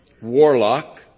warlock